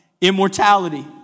immortality